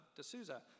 D'Souza